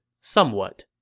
somewhat